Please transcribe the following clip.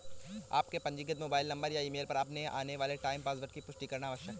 आपके पंजीकृत mobile number या ईमेल पर आने वाले वन टाइम पासवर्ड की पुष्टि करना आवश्यक है